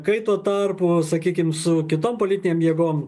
kai tuo tarpu sakykim su kitom politinėm jėgom